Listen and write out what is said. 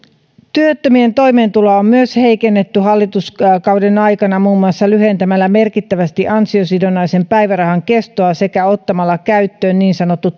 työttömien toimeentuloa on myös heikennetty hallituskauden aikana muun muassa lyhentämällä merkittävästi ansiosidonnaisen päivärahan kestoa sekä ottamalla käyttöön niin sanottu